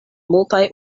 multaj